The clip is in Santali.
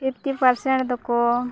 ᱯᱷᱤᱯᱴᱤ ᱯᱟᱨᱥᱮᱱᱴ ᱫᱚᱠᱚ